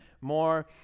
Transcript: more